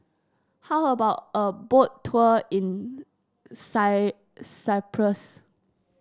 how about a Boat Tour in Cyprus